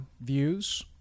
views